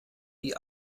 wie